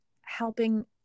helping